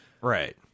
Right